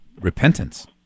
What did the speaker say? Repentance